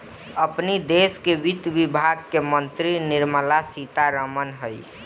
अपनी देस के वित्त विभाग के मंत्री निर्मला सीता रमण हई